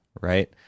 right